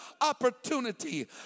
opportunity